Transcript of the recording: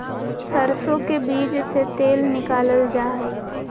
सरसो के बीज से तेल निकालल जा हई